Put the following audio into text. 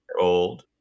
old